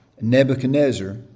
Nebuchadnezzar